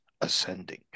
Ascending